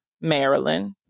Maryland